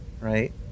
right